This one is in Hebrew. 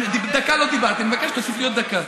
דקה לא דיברתי, אני מבקש שתוסיף לי עוד דקה.